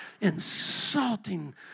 insulting